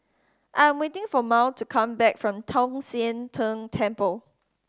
I am waiting for Mal to come back from Tong Sian Tng Temple